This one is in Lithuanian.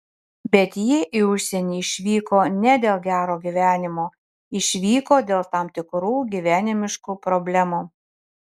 bet jie į užsienį išvyko ne dėl gero gyvenimo išvyko dėl tam tikrų gyvenimiškų problemų